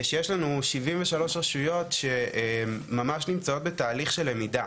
שיש לנו 73 רשויות שהם ממש נמצאות בתהליך של למידה,